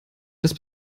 das